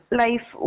life